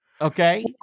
Okay